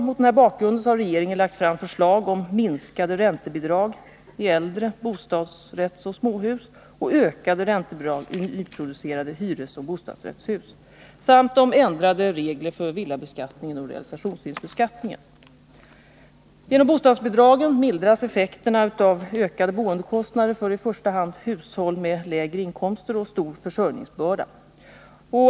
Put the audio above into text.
Mot denna bakgrund har regeringen lagt fram förslag om minskade räntebidrag i äldre bostadsrättsoch småhus och ökade räntebidrag i nyproducerade hyresoch bostadsrättshus, samt om ändrade regler för villabeskattningen och realisationsbeskattningen. Genom bostadsbidragen mildras effekterna av ökade bostadskostnader för i första hand hushåll med lägre inkomster och stor försörjningsbörda.